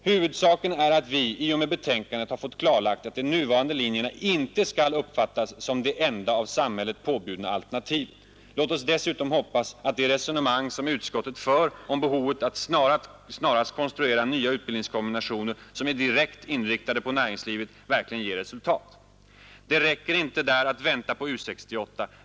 Huvudsaken är att vi i och med betänkandet har fått klarlagt att de nuvarande linjerna inte skall uppfattas som de enda av samhället påbjudna alternativen. Låt oss dessutom hoppas att det resonemang som utskottet för om behovet att snarast konstruera nya utbildningskombinationer, som är direkt inriktade på näringslivet, verkligen ger resultat. Det räcker inte där att vänta på U 68.